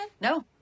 No